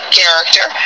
character